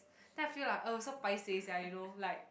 then I feel like oh so paiseh sia you know like